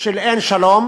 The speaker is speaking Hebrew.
של אין-שלום,